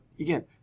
again